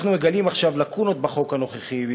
אנחנו מגלים עכשיו לקונות בחוק הנוכחי.